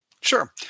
Sure